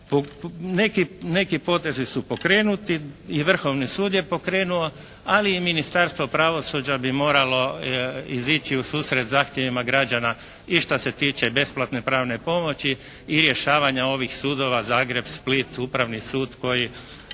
Neki potezi su pokrenuti i Vrhovni sud je pokrenuo, ali i Ministarstvo pravosuđa bi moralo izići u susret zahtjevima građana i što se tiče besplatne pravne pomoći i rješavanje ovih sudova Zagreb Split, Upravni sud koji